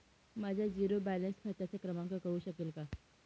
माझ्या zero balance खात्याचा क्रमांक कळू शकेल का?